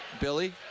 Billy